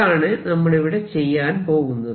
അതാണ് നമ്മളിവിടെ ചെയ്യാൻ പോകുന്നത്